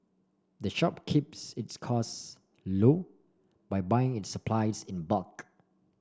the shop keeps its costs loo by buying its supplies in bulk